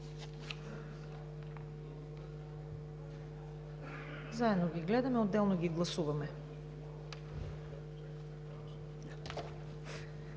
Заедно ще ги гледаме, отделно ще ги гласуваме.